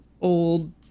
old